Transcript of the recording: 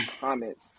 comments